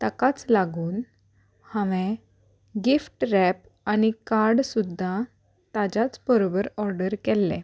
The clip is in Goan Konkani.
ताकाच लागून हांवें गिफ्ट रॅप आनी कार्ड सुद्दां ताज्याच बरोबर ऑर्डर केल्लें